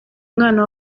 umwana